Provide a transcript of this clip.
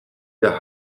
der